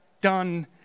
done